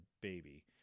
baby